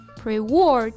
pre-war